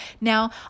Now